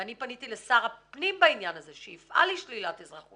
ואני פניתי לשר הפנים בעניין הזה שיפעל לשלילת אזרחותם.